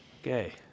Okay